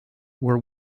were